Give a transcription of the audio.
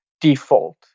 default